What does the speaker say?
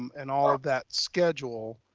and all of that schedule.